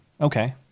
Okay